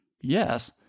Yes